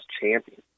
champion